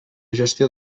gestió